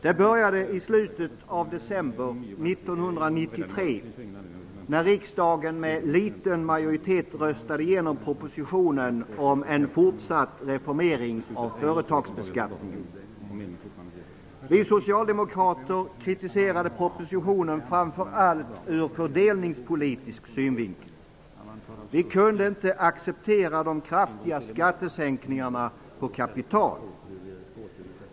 Det började i slutet av december 1993, när riksdagen med liten majoritet röstade igenom propositionen om en fortsatt reformering av företagsbeskattningen. Vi socialdemokrater kritiserade propositionen framför allt ur fördelningspolitisk synvinkel. Vi kunde inte acceptera de kraftiga skattesänkningarna på kapital.